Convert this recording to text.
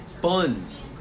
buns